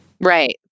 Right